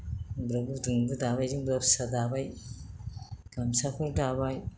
जोमग्रा गुदुंबो दाबाय जोमग्रा फिसा दाबाय गामसाखौ दाबाय